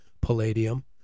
Palladium